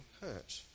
hurt